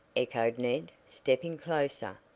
echoed ned, stepping closer.